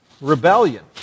Rebellion